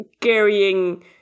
carrying